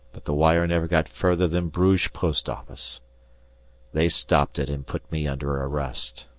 but the wire never got further than bruges post office they stopped it, and put me under arrest.